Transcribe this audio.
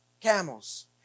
camels